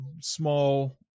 small